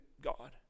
God